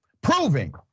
proving